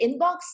inbox